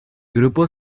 grupo